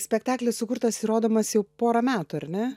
spektaklis sukurtas ir rodomas jau porą metų ar ne